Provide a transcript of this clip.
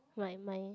right mind